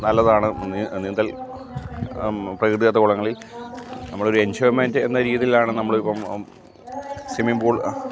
നല്ലതാണ് നീന്തൽ പ്രകൃതിദത്ത കുളങ്ങളിൽ നമ്മളൊരു എൻജോയ്മെൻറ്റ് എന്ന രീതിയിലാണ് നമ്മൾ ഇപ്പം സിമ്മിംഗ് പൂൾ